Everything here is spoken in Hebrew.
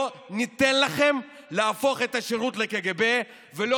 לא ניתן לכם להפוך את השירות לקג"ב ולא